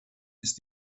ist